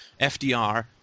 FDR